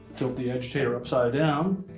tilt the agitator upside down